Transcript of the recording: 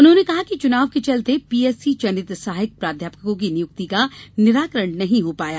उन्होंने कहा कि चुनाव के चलते पीएससी चयनित सहायक प्राध्यापकों की नियुक्ति का निराकरण नहीं हो पाया